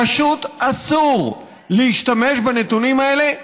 פשוט אסור להשתמש בנתונים האלה,